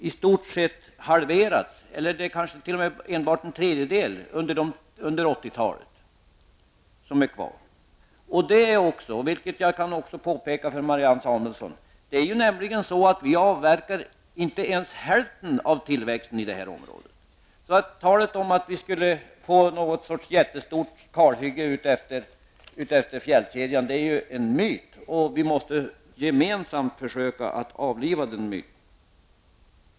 I stort sett halverades avverkningen under 80-talet. Ja, det är kanske bara en tredjedel kvar. Vi avverkar inte ens hälften, Marianne Samuelsson, av tillväxten i det här området. Talet om att vi skulle få ett mycket stort kalhygge längs fjällkedjan är således en myt, som vi gemensamt måste försöka avliva.